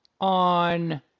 on